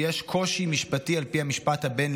אני מבין שיש קושי משפטי על פי המשפט הבין-הלאומי.